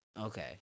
Okay